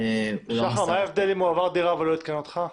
מה ההבדל אם הוא עבר דירה ולא עדכן אותך?